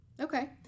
okay